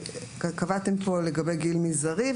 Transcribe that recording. קבעתם פה לגבי גיל מזערי,